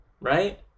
Right